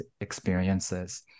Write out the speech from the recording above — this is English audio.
experiences